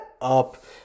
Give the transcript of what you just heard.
up